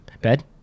bed